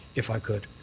if i could.